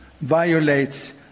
violates